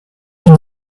did